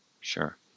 sure